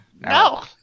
No